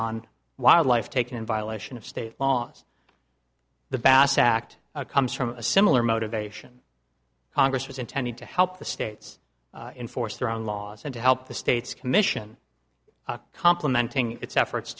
on wildlife taken in violation of state laws the bass act comes from a similar motivation congress was intended to help the states enforce their own laws and to help the state's commission complementing its efforts